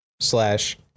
Slash